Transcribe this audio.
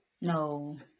No